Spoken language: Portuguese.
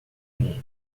mundo